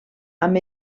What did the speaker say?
amb